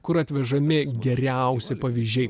kur atvežami geriausi pavyzdžiai